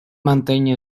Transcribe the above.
mantém